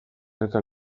elkar